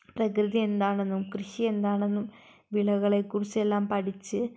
പ്രകൃതി എന്താണെന്നും കൃഷി എന്താണെന്നും വിളകളെക്കുറിച്ചെല്ലാം പഠിച്ച്